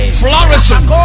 flourishing